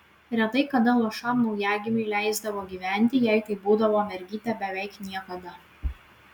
retai kada luošam naujagimiui leisdavo gyventi jei tai būdavo mergytė beveik niekada